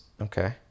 okay